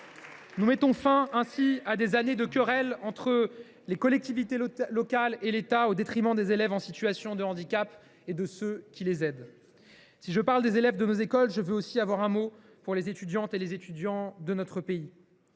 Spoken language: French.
Nous mettons ainsi fin à des années de querelles entre les collectivités locales et l’État, querelles qui nuisent aux élèves en situation de handicap et à ceux qui les aident. Après avoir évoqué les élèves de nos écoles, je veux aussi avoir un mot pour les étudiantes et les étudiants de notre pays.